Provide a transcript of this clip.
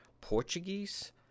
Portuguese